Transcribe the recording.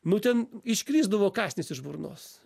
nu ten iškrisdavo kąsnis iš burnos